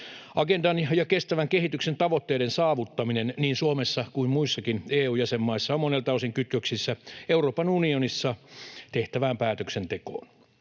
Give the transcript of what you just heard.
Agendan ja kestävän kehityksen tavoitteiden saavuttaminen niin Suomessa kuin muissakin EU-jäsenmaissa on monelta osin kytköksissä Euroopan unionissa tehtävään päätöksentekoon.